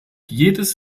jedes